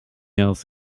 else